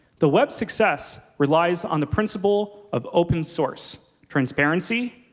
the web's success relies on the principle of open source, transparency,